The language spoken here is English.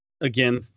Again